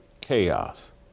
chaos